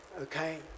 Okay